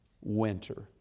winter